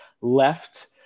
Left